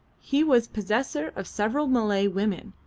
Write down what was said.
he was possessor of several malay women,